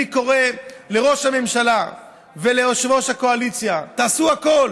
אני קורא לראש הממשלה וליושב-ראש הקואליציה: תעשו הכול